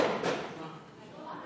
לוועדה